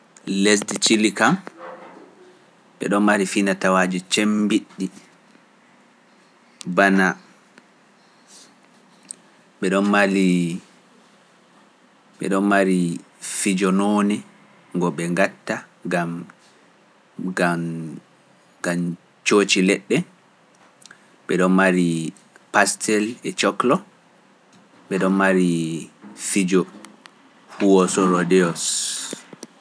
Lesdi chili kam, ɓe ɗon mari fina-tawaaji cemmbiɗɗi bana, ɓe ɗon malii, ɓe ɗon marui fijo noone ngo ɓe ngatta ngam, ngam, ngam cooci leɗɗe ɓe ɗon mari pastel e cokolo, ɓe ɗon mari fijo mbosoro ndiross.